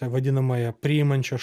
vadinamąją priimančios